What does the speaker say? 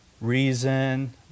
reason